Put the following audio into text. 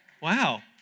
Wow